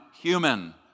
human